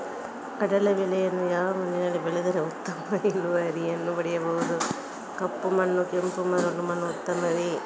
ಕಡಲೇ ಬೆಳೆಯನ್ನು ಯಾವ ಮಣ್ಣಿನಲ್ಲಿ ಬೆಳೆದರೆ ಉತ್ತಮ ಇಳುವರಿಯನ್ನು ಪಡೆಯಬಹುದು? ಕಪ್ಪು ಮಣ್ಣು ಕೆಂಪು ಮರಳು ಮಣ್ಣು ಉತ್ತಮವೇ?